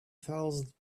thousand